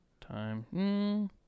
time